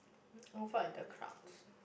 avoid the crowds